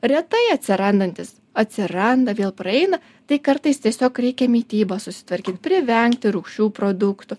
retai atsirandantis atsiranda vėl praeina tai kartais tiesiog reikia mitybą susitvarkyt privengti rugščių produktų